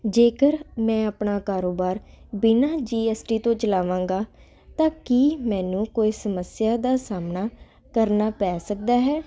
ਜੇਕਰ ਮੈਂ ਆਪਣਾ ਕਾਰੋਬਾਰ ਬਿਨਾਂ ਜੀਐਸਟੀ ਤੋਂ ਚਲਾਵਾਂਗਾ ਤਾਂ ਕੀ ਮੈਨੂੰ ਕੋਈ ਸਮੱਸਿਆ ਦਾ ਸਾਹਮਣਾ ਕਰਨਾ ਪੈ ਸਕਦਾ ਹੈ